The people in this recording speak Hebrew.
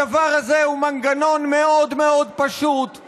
הדבר הזה הוא מנגנון מאוד מאוד פשוט,